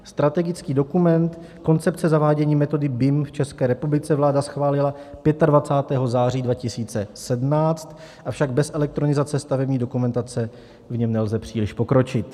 Strategický dokument Koncepce zavádění metody BIM v České republice vláda schválila 25. září 2017, avšak bez elektronizace stavební dokumentace v něm nelze příliš pokročit.